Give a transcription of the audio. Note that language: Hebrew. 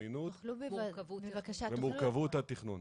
זמינות ומורכבות התכנון.